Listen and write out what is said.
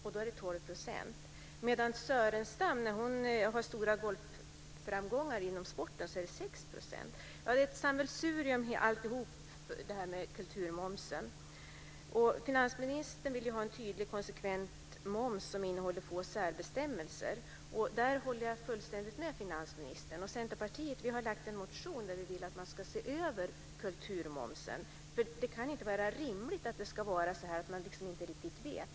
När Ingemar Stenmark, Stig Kulturmomsen är ett sammelsurium. Finansministern vill ha en tydlig och konsekvent moms som innehåller få särbestämmelser. Jag håller fullständigt med finansministern om detta. Vi har från Centerpartiet väckt en motion om en översyn av kulturmomsen. Det kan inte vara rimligt att det inte riktigt är klart vad som gäller.